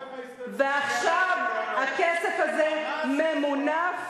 ועכשיו הכסף הזה ממונף,